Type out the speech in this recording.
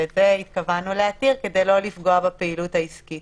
ואת זה התכוונו להתיר כדי לא לפגוע בפעילות העסקית